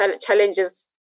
challenges